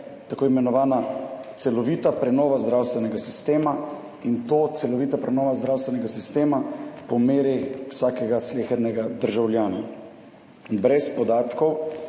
tako imenovana celovita prenova zdravstvenega sistema in to celovita prenova zdravstvenega sistema po meri vsakega slehernega državljana. Brez podatkov